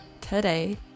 today